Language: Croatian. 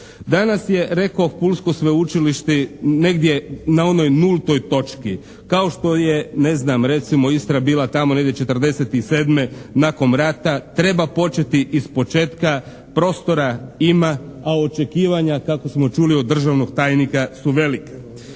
Danas je rekoh Pulsko sveučilište negdje na onoj nultoj točki, kao što je ne znam recimo Istra bila tamo negdje '47. nakon rata, treba početi ispočetka, prostora ima, a očekivanja kako smo čuli od državnog tajnika su velika.